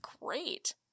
great